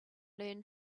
learn